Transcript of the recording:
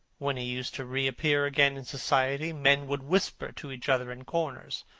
when he used to reappear again in society, men would whisper to each other in corners,